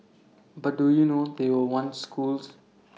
but do you know they were once schools